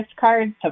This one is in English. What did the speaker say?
cards